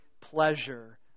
pleasure